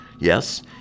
Yes